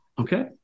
okay